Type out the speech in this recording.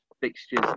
fixtures